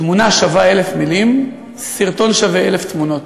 תמונה שווה 1,000 מילים, סרטון שווה 1,000 תמונות.